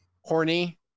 horny